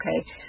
okay